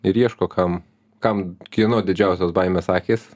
ir ieško kam kam kieno didžiausios baimės akys